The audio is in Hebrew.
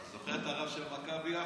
זוכר את הרב של מכבי יפו?